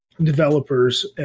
developers